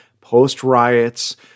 post-riots